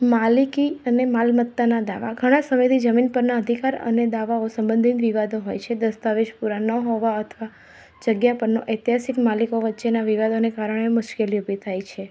માલિકી અને માલમત્તાનાં દાવા ઘણા સમયથી જમીન પરનાં અધિકાર અને દાવાઓ સંબંધિત વિવાદો હોય છે દસ્તાવેજ પૂરા ન હોવા અથવા જગ્યા પરનો ઐતિહાસિક માલિકો વચ્ચેનાં વિવાદોને કારણે મુશ્કેલી ઊભી થાય છે